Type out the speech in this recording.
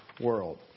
world